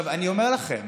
אני אומר לכם,